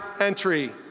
entry